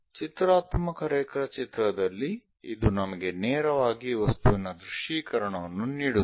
ಚಿತ್ರಾತ್ಮಕ ರೇಖಾಚಿತ್ರದಲ್ಲಿ ಇದು ನಮಗೆ ನೇರವಾಗಿ ವಸ್ತುವಿನ ದೃಶ್ಯೀಕರಣವನ್ನು ನೀಡುತ್ತದೆ